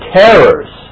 terrors